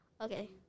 okay